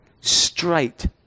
straight